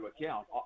account